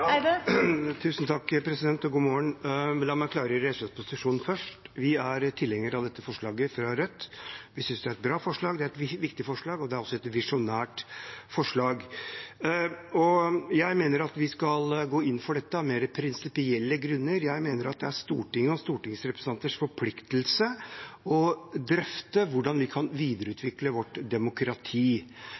av dette forslaget fra Rødt. Vi synes det er et bra forslag, det er et viktig forslag, og det er også et visjonært forslag. Jeg mener at vi skal gå inn for dette av mer prinsipielle grunner. Jeg mener at det er Stortingets og stortingsrepresentantenes forpliktelse å drøfte hvordan vi kan videreutvikle vårt demokrati.